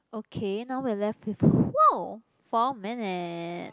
okay now we're left with !wow four! minute